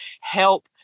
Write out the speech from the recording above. help